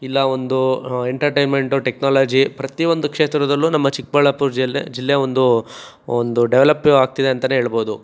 ಇಲ್ಲ ಒಂದು entertainment technology ಪ್ರತಿ ಒಂದು ಕ್ಷೇತ್ರದಲ್ಲೂ ನಮ್ಮ ಚಿಕ್ಕಬಳ್ಳಾಪುರ ಜಿಲ್ಲೆ ಜಿಲ್ಲೆ ಒಂದು ಒಂದು ಡೆವೆಲಪ್ ಆಗ್ತಿದೆ ಅಂತಲೇ ಹೇಳ್ಬೋದು